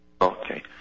Okay